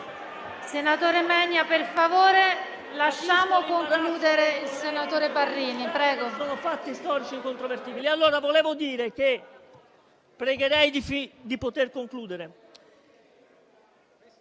Senatore Menia, per favore, lasciamo concludere il senatore Parrini.